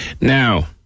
Now